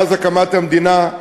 מאז הקמת המדינה,